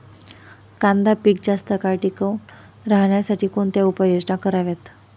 कांदा पीक जास्त काळ टिकून राहण्यासाठी कोणत्या उपाययोजना कराव्यात?